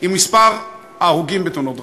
עם מספר ההרוגים בתאונות דרכים,